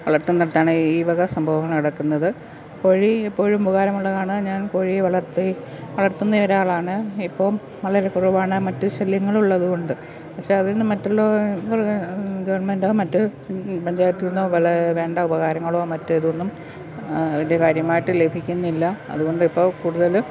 വളർത്തുന്നിടത്താണ് ഈവക സംഭവങ്ങൾ നടക്കുന്നത് കോഴി എപ്പോഴും ഉപകാരമുള്ളതാണ് ഞാൻ കോഴിയെ വളർത്തി വളർത്തുന്ന ഒരാളാണ് ഇപ്പോൾ വളരെ കുറവാണ് മറ്റ് ശല്യങ്ങളുള്ളതുകൊണ്ട് പക്ഷെ അതിൽനിന്ന് മറ്റുള്ള മൃഗ ഗവൺമെൻറ്റൊ മറ്റ് പഞ്ചായത്തിൽനിന്നോ വള വേണ്ട ഉപകാരങ്ങളോ മറ്റ് ഇതൊന്നും വല്യ കാര്യമായിട്ട് ലഭിക്കുന്നില്ല അതുകൊണ്ട് ഇപ്പോൾ കൂടുതലും